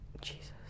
Jesus